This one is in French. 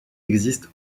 existe